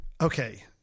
okay